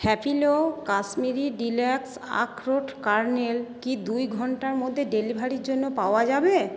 Happilo Kashmiri deluxe আখরোট kernel কি দুই ঘন্টার মধ্যে ডেলিভারির জন্য পাওয়া যাবে